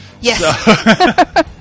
Yes